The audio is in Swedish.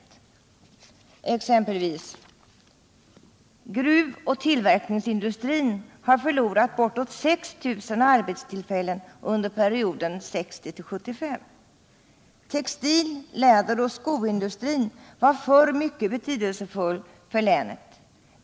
Så t.ex. har gruvoch tillverkningsindustrin förlorat bortåt 6 000 arbetstillfällen under perioden 1960-1975. Textil-, läderoch skoindustrin var förr mycket betydelsefull för länet.